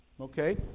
okay